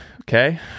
okay